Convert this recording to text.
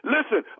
Listen